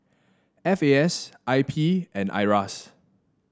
F A S I P and Iras